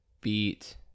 beat